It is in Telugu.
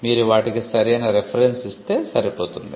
మీరు వాటికి సరైన రిఫరెన్స్ ఇస్తే సరిపోతుంది